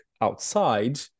outside